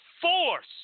force